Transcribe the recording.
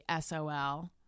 SOL